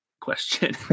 question